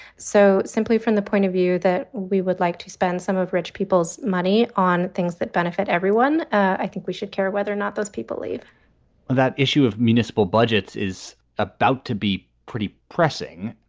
so simply from the point of view that we would like to spend some of rich people's money on things that benefit everyone. i think we should care whether or not those people leave that issue of municipal budgets is about to be pretty pressing.